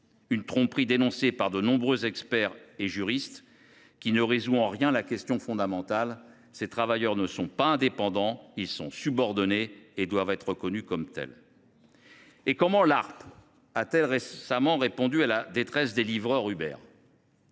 Une tromperie, dénoncée par de nombreux experts et juristes, qui ne résout en rien la question fondamentale : ces travailleurs ne sont pas indépendants ; ils sont subordonnés et ils doivent être reconnus comme tels. Comment l’Arpe a t elle récemment répondu à la détresse des livreurs Uber ?